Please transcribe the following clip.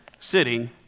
sitting